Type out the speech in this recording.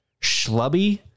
schlubby